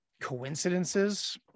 coincidences